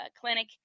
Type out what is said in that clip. clinic